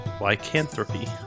lycanthropy